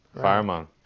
fireman